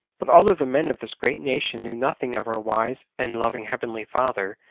but although the men of this great nation knew nothing of our wise and loving heavenly father,